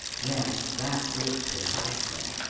yes, that's it precisely.